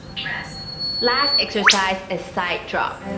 last last exercise a side drop